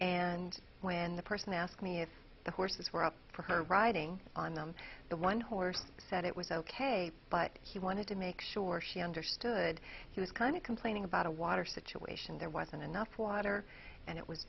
and when the person asked me if the horses were up for her riding on them the one horse said it was ok but he wanted to make sure she understood he was kind of complaining about a water situation there wasn't enough water and it was